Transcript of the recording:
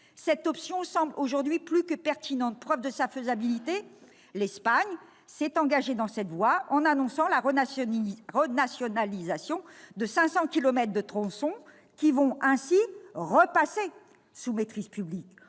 cette option semble aujourd'hui plus que pertinente. Pour preuve de sa faisabilité, l'Espagne s'est engagée dans cette voie en annonçant la renationalisation de 500 kilomètres de tronçons, qui vont ainsi repasser sous maîtrise publique.